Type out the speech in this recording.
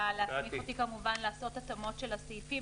להסמיך אותי כמובן לעשות התאמות של הסעיפים,